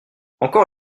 encore